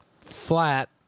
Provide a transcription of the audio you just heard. flat